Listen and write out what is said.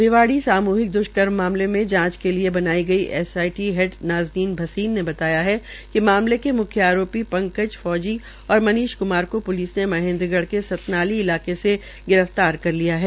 रिवाड़ी सामुहिक दुष्कर्म मामले में जांच के लिए बनाई गई एसआईटी हैड नाज़नीन भसीन ने बताया है कि मामले के मुख्य आरोपी पंकज फौजी और मनीष कुमार को प्लिस ने महेन्द्रगढ़ के सतनाली इलाके से गिरफ्तार कर लिया है